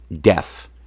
death